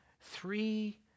three